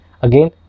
again